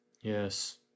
Yes